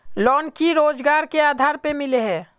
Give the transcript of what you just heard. Loan की रोजगार के आधार पर मिले है?